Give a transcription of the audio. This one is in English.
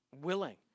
Willing